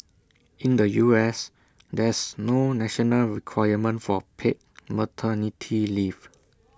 in the U S there's no national requirement for paid maternity leave